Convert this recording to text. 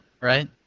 Right